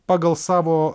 pagal savo